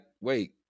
wait